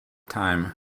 time